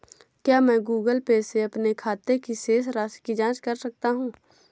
क्या मैं Google Pay से अपने खाते की शेष राशि की जाँच कर सकता हूँ?